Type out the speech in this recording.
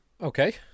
Okay